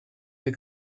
hier